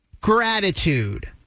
gratitude